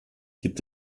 gibt